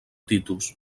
titus